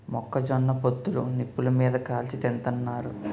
మొక్క జొన్న పొత్తులు నిప్పులు మీది కాల్చి తింతన్నారు